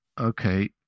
okay